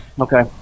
Okay